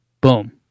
boom